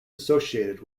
associated